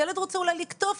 הילד אולי רוצה לקטוף,